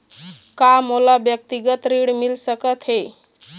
का मोला व्यक्तिगत ऋण मिल सकत हे?